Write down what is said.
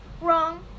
Wrong